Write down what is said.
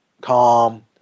calm